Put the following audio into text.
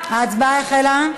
ההצבעה החלה.